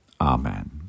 Amen